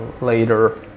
later